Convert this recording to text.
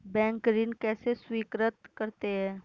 Bank ऋण कैसे स्वीकृत करते हैं?